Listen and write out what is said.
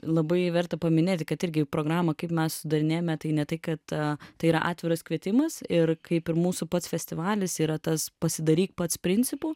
labai verta paminėti kad irgi programą kaip mes sudarinėjame tai ne tai kad tai yra atviras kvietimas ir kaip ir mūsų pats festivalis yra tas pasidaryk pats principu